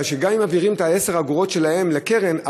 גם אם מעבירים את 10 האגורות שלהם לקרן,